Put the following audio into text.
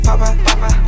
papa